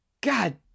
God